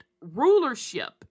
rulership